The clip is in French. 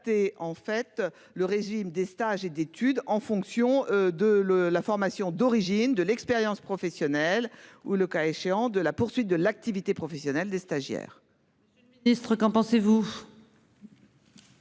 en fait le régime des stages et d'études en fonction de, le, la formation d'origine de l'expérience professionnelle ou le cas échéant de la poursuite de l'activité professionnelle des stagiaires. Istres, qu'en pensez-vous.